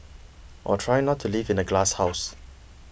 or try not to live in a glasshouse